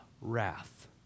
wrath